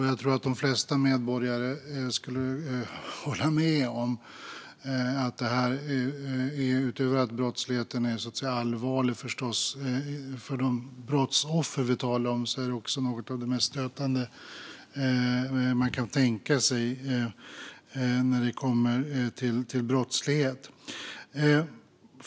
Jag tror att de flesta medborgare skulle hålla med om att utöver att brottsligheten förstås är allvarlig för de brottsoffer vi talar om är detta också något av det mest stötande man kan tänka sig när det kommer till brottslighet.